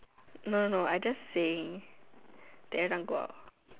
no no no I just saying they every time go out